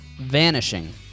vanishing